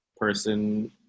person